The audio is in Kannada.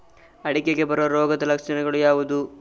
ಅಡಿಕೆಗೆ ಬರುವ ರೋಗದ ಲಕ್ಷಣ ಯಾವುದು?